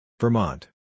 Vermont